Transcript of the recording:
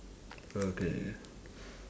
okay K